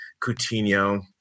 Coutinho